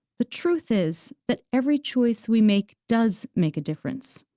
the truth is that every choice we make does make a difference,